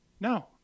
No